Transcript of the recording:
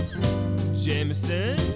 Jameson